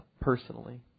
personally